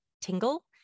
tingle